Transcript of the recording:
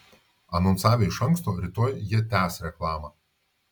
anonsavę iš anksto rytoj jie tęs reklamą